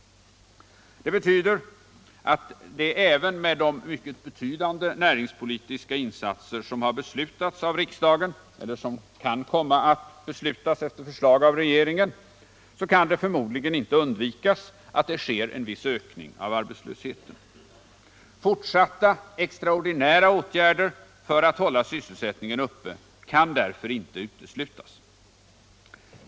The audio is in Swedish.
Det betyder att det, även med de mycket betydande näringspolitiska insatser som har beslutats av riksdagen eller kan komma att beslutas efter förslag av regeringen, förmodligen inte kan undvikas att en viss ökning av arbetslösheten sker. Fortsatta extraordinära åtgärder för att hålla sysselsättningen uppe kan därför inte uteslutas.